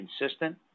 consistent